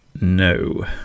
No